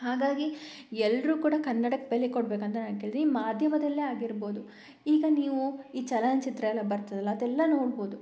ಹಾಗಾಗಿ ಎಲ್ಲರೂ ಕೂಡ ಕನ್ನಡಕ್ಕೆ ಬೆಲೆ ಕೊಡ್ಬೇಕು ಅಂತ ನಾನು ಕೇಳ್ತೀನಿ ಈ ಮಾಧ್ಯಮದಲ್ಲೇ ಆಗಿರ್ಬೌದು ಈಗ ನೀವು ಈ ಚಲನಚಿತ್ರ ಎಲ್ಲ ಬರ್ತದಲ್ಲ ಅದೆಲ್ಲ ನೋಡ್ಬೌದು